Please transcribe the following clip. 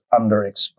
underexpressed